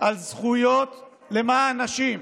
על זכויות למען נשים,